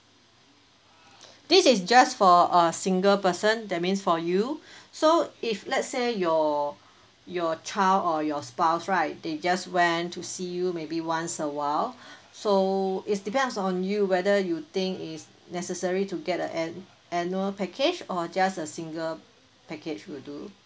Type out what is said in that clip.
this is just for a single person that means for you so if let's say your your child or your spouse right they just went to see you maybe once awhile so is depends on you whether you think is necessary to get a and annual package or just a single package will do